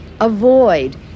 avoid